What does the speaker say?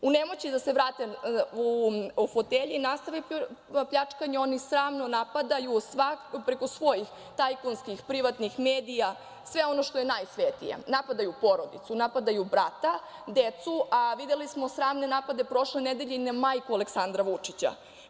U nemoći da se vrate u fotelje i nastave pljačkanje, oni sramno napadaju preko svojih tajkunskih privatnih medija sve ono što je najsvetije - napadaju porodicu, napadaju brata, decu, a videli smo sramne napade prošle nedelje i na majku Aleksandra Vučića.